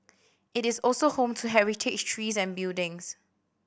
it is also home to heritage trees and buildings